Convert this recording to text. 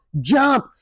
jump